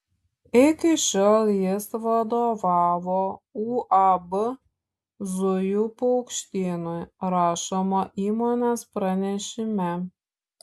iki šiol jis vadovavo uab zujų paukštynui rašoma įmonės pranešime